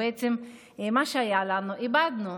בעצם מה שהיה לנו, איבדנו.